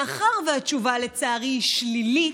מאחר שהתשובה היא שלילית,